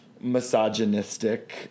misogynistic